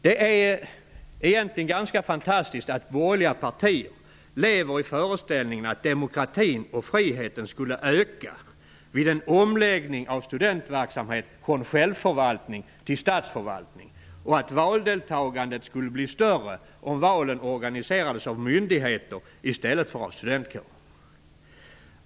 Det är ganska fantastiskt att borgerliga partier lever i föreställningen att demokratin och friheten skulle öka vid en omläggning av studentverksamheten från en självförvaltning till en statsförvaltning och att valdeltagandet skulle bli större om valen organiserades av myndigheter i stället för av studentkårer.